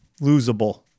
losable